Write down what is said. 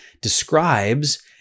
describes